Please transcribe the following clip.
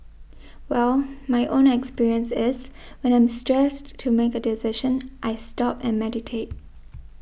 well my own experience is when I'm stressed to make a decision I stop and meditate